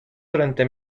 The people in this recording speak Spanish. durante